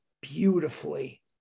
beautifully